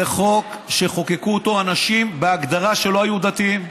זה חוק שחוקקו אותו אנשים שבהגדרה לא היו דתיים.